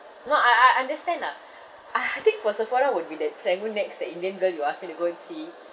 no I I understand lah ah I think for Sephora would be the serangoon nex the indian girl you ask me to go and see